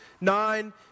nine